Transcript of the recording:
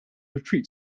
retreat